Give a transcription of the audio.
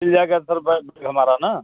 मिल जाएगा sir bag हमारा ना